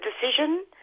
decision